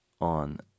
on